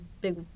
big